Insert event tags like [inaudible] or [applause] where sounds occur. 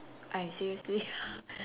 I seriously [laughs]